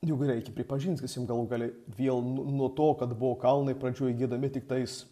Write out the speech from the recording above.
juk reikia pripažint sakysim galų gale vėl nuo to kad buvo kalnai pradžioj giedami tiktais